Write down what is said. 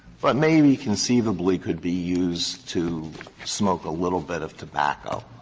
but maybe conceivably could be used to smoke a little bit of tobacco.